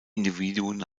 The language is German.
individuen